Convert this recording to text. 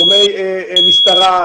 גורמי משטרה,